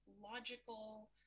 logical